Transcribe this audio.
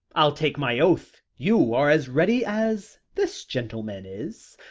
i'll take my oath you are as ready as this gentleman is,